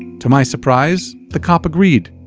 to my surprise, the cop agreed.